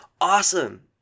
Awesome